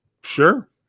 Sure